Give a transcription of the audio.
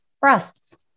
Breasts